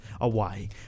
away